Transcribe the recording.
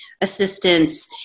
assistance